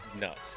Nuts